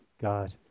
God